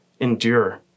endure